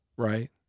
Right